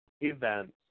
events